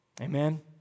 Amen